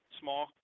small